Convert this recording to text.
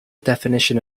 definition